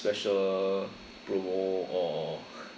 special promo or or